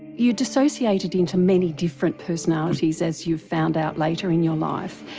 you dissociated into many different personalities, as you found out later in your life.